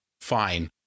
fine